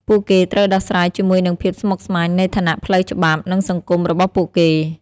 ពួកគេត្រូវដោះស្រាយជាមួយនឹងភាពស្មុគស្មាញនៃឋានៈផ្លូវច្បាប់ និងសង្គមរបស់ពួកគេ។